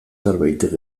zerbait